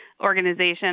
organization